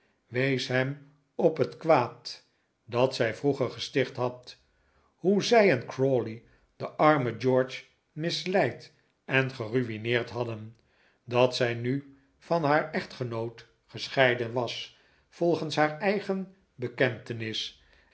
wees hem op het kwaad dat zij vroeger gesticht had hoe zij en crawley den armen george misleid en gerui'neerd hadden dat zij nu van haar echtgenoot gescheiden was volgens haar eigen bekentenis